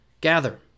gather